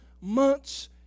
months